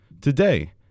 today